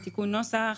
ציבורית,